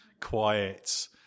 quiet